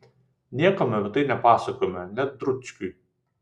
niekam apie tai nepasakojome net dručkiui